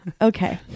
Okay